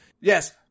Yes